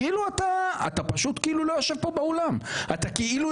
בארץ, באוסטרליה, באנגליה?